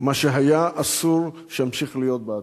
מה שהיה, אסור שימשיך להיות בעתיד.